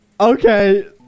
Okay